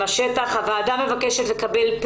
עם זאת צריך להבין שהמציאות,